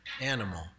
animal